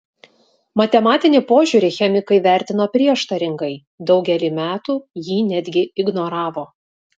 matematinį požiūrį chemikai vertino prieštaringai daugelį metų jį netgi ignoravo